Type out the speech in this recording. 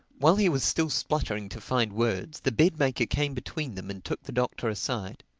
while he was still spluttering to find words, the bed-maker came between them and took the doctor aside.